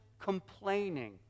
complaining